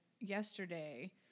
yesterday